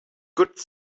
good